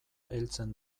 heltzen